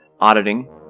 auditing